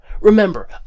Remember